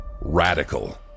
radical